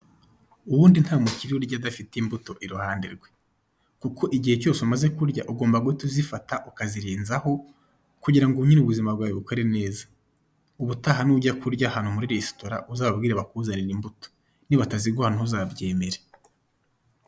Ubundi nta mukire urya adafite imbuto iruhande rwe kuko igihe cyose umaze kurya ugomba guhita uzifata ukazirenzaho kugira ngo nyine ubuzima bwawe bukore neza. Ubutaha nujya kurya ahantu muri resitora uzababwire bakuzanire imbuto, nibataziguha ntuzabyemere.